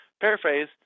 paraphrase